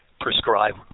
prescribe